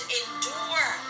endure